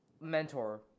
mentor